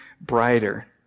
brighter